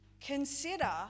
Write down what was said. consider